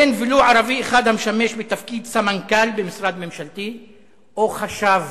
אין ולו ערבי אחד המשמש בתפקיד סמנכ"ל במשרד ממשלתי או חשב